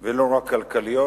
ולא רק כלכליות,